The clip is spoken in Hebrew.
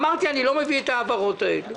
אמרתי שאני לא מביא את העברות האלו.